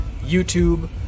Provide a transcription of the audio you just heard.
YouTube